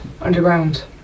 underground